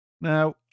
Now